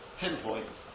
pinpoint